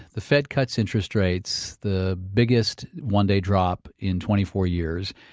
the fed cuts interest rates, the biggest one-day drop in twenty four years.